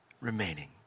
remaining